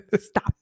stop